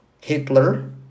Hitler